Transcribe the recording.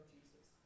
Jesus